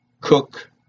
cook